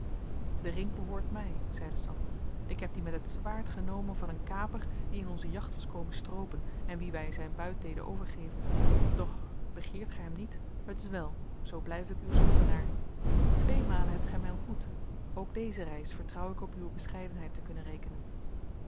de ring behoort mij zeide sander ik heb dien met het zwaard genomen van een kaper die in onze jacht was komen stroopen en wien wij zijn buit deden overgeven doch begeert gij hem niet het is wel zoo blijf ik uw schuldenaar tweemalen hebt gij mij ontmoet ook deze reis vertrouw ik op uwe bescheidenheid te kunnen rekenen